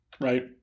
right